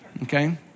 okay